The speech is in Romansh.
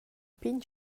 pign